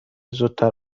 زودتر